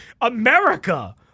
America